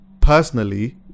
personally